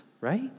right